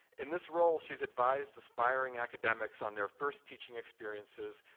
in this role, she's advised aspiring academics on their first teaching experiences,